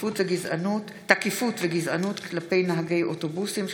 תקיפות וגזענות כלפי נהגי אוטובוסים.